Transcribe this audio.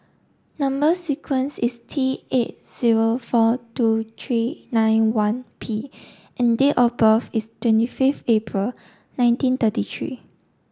number sequence is T eight zero four two three nine one P and date of birth is twenty fifth April nineteen thirty three